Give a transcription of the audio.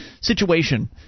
situation